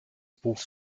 buch